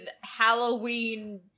Halloween